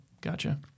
Gotcha